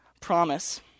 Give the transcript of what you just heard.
promise